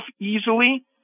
easily